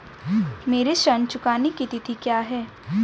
मेरे ऋण चुकाने की तिथि क्या है?